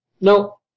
No